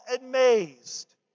amazed